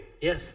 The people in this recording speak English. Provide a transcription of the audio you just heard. Yes